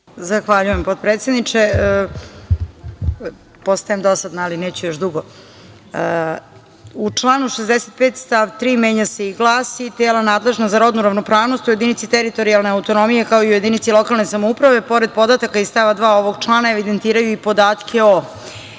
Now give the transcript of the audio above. Zahvaljujem, potpredsedniče. Postajem dosadna, ali neću još dugo.U članu 65. stav 3. menja se i glasi – telo nadležno za rodnu ravnopravnost u jedinici teritorijalne autonomije, kao i u jedinici lokalne samouprave pored podataka iz stava 2. ovog člana evidentiraju i podatke o: